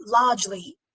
largely